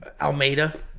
Almeida